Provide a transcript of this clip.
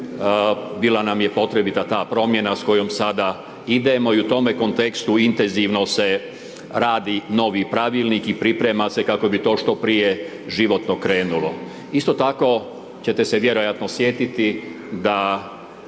bila nam je potrebita ta promjena s kojom sada idemo i u tome kontekstu intenzivno se radi novi pravilnik i priprema se kako bi to što prije životno krenulo. Isto tako, ćete se vjerojatno sjetiti da